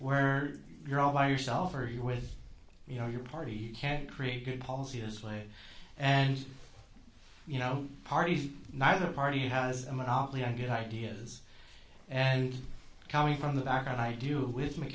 where you're all by yourself or you with you know your party you can't create good policy this way and you know parties neither party has a monopoly on good ideas and coming from the background i do with m